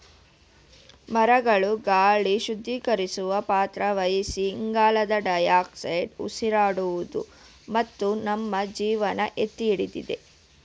ಮರಗಳು ಗಾಳಿ ಶುದ್ಧೀಕರಿಸುವ ಪಾತ್ರ ವಹಿಸಿ ಇಂಗಾಲದ ಡೈಆಕ್ಸೈಡ್ ಉಸಿರಾಡುವುದು ಮತ್ತು ನಮ್ಮ ಜೀವನ ಎತ್ತಿಹಿಡಿದಿದೆ